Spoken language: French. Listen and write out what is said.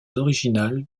originales